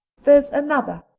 there's another,